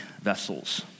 vessels